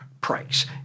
price